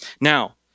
Now